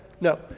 no